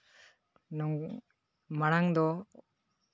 ᱢᱟᱲᱟᱝ ᱫᱚ